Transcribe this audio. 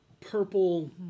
purple